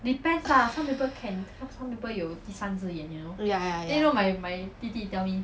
ya ya ya